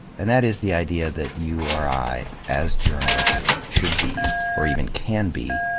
and that is, the idea that you or i, as journalists, should be, or even can be,